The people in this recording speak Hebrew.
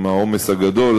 עם העומס הגדול,